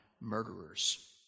murderers